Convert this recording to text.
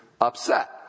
upset